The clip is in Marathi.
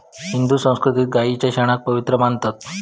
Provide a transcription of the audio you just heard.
हिंदू संस्कृतीत गायीच्या शेणाक पवित्र मानतत